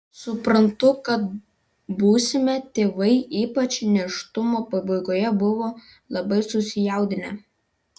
suprantu kad būsimi tėvai ypač nėštumo pabaigoje buvo labai susijaudinę